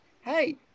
hey